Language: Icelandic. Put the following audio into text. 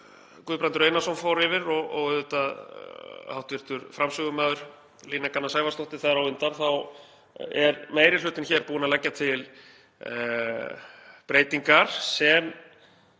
Guðbrandur Einarsson fór yfir og auðvitað hv. framsögumaður, Líneik Anna Sævarsdóttir, þar á undan er meiri hlutinn búinn að leggja til breytingar sem